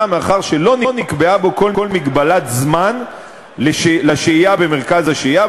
מאחר שלא נקבעה בו כל מגבלת זמן לשהייה במרכז השהייה,